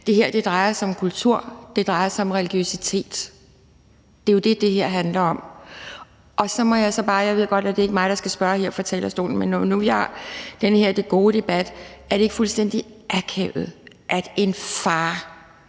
Det her drejer sig om kultur, og det drejer sig om religiøsitet. Det er jo det, det her handler om. Så må jeg så bare – jeg ved godt, at det ikke er mig, der skal spørge her fra talerstolen, men når nu vi har den her gode debat – spørge: Er det ikke fuldstændig akavet, at en far,